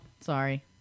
Sorry